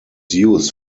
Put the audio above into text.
used